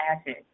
acid